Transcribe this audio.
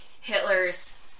Hitler's